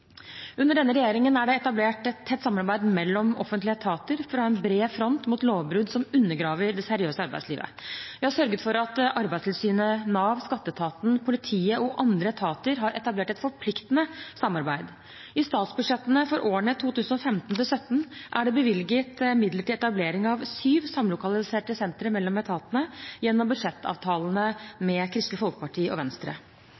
Under denne regjeringen er det etablert et tett samarbeid mellom offentlige etater for å ha en bred front mot lovbrudd som undergraver det seriøse arbeidslivet. Vi har sørget for at Arbeidstilsynet, Nav, skatteetaten, politiet og andre etater har etablert et forpliktende samarbeid. I statsbudsjettene for årene 2015–2017 er det bevilget midler til etablering av sju samlokaliserte sentre mellom etatene gjennom budsjettavtalene